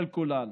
של כולנו.